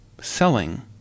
selling